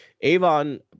Avon